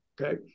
Okay